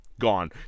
gone